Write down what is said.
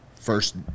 first